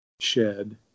shed